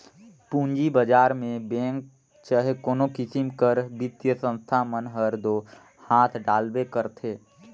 पूंजी बजार में बेंक चहे कोनो किसिम कर बित्तीय संस्था मन हर दो हांथ डालबे करथे